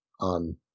on